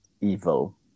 evil